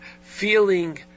feeling